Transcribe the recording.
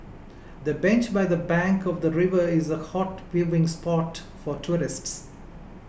the bench by the bank of the river is a hot viewing spot for tourists